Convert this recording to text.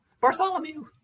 Bartholomew